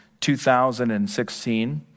2016